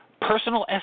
personal